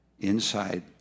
inside